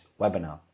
webinar